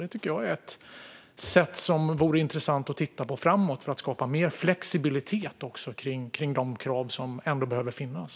Det tycker jag är ett sätt som vore intressant att titta på framöver för att skapa mer flexibilitet kring de krav som ändå behöver finnas.